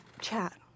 chat